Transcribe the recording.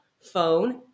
phone